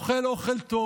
אוכל אוכל טוב.